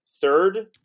third